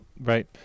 Right